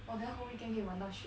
!wah! then whole weekend 可以玩到 shiok